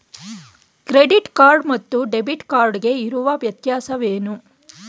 Credit card ಮತ್ತು debit card ಗೆ ಇರುವ ವ್ಯತ್ಯಾಸವೇನು?